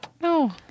No